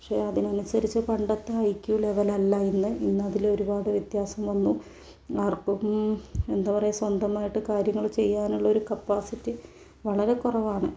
പക്ഷേ അതിനനുസരിച്ചു പണ്ടത്തെ ഐ ക്യു ലെവൽ അല്ല ഇന്ന് ഇന്നതിലൊരുപാട് വ്യത്യാസം വന്നു ആർക്കും എന്താ പറയുക സ്വന്തമായിട്ട് കാര്യങ്ങൾ ചെയ്യാനുള്ളൊരു കപ്പാസിറ്റി വളരെ കുറവാണ്